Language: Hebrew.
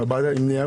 בגלל